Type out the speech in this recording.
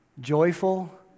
joyful